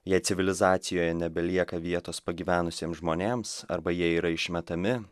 jei civilizacijoje nebelieka vietos pagyvenusiems žmonėms arba jie yra išmetami